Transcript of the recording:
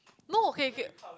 no K K